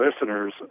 listeners